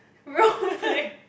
roughly